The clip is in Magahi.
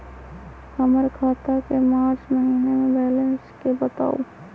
हमर खाता के मार्च महीने के बैलेंस के बताऊ?